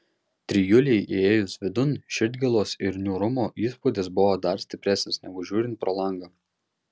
trijulei įėjus vidun širdgėlos ir niūrumo įspūdis buvo dar stipresnis negu žiūrint pro langą